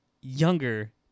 younger